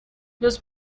los